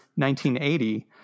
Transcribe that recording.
1980